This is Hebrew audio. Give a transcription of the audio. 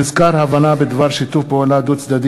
מבקר המדינה על משרד האוצר,